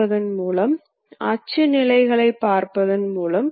ஒரு வகையான இயந்திரங்கள் புள்ளி க்கு புள்ளி இயக்கங்களை உருவாக்க வல்லவை